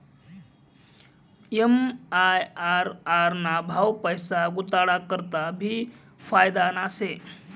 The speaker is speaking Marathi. एम.आय.आर.आर ना भाव पैसा गुताडा करता भी फायदाना शे